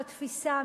בתפיסה,